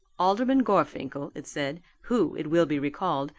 alderman gorfinkel, it said, who, it will be recalled,